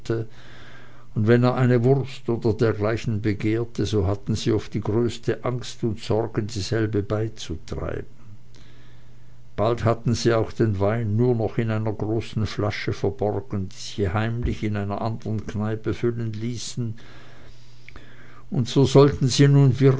und wenn er eine wurst oder dergleichen begehrte so hatten sie oft die größte angst und sorge dieselbe beizutreiben bald hatten sie auch den wein nur noch in einer großen flasche verborgen die sie heimlich in einer anderen kneipe füllen ließen und so sollten sie nun